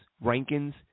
Rankins